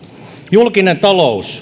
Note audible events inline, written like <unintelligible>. julkinen talous <unintelligible>